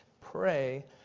pray